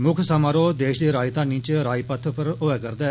मुक्ख समारोह देष दी राजधानी च राजपथ पर होआ'र दा ऐ